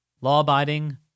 law-abiding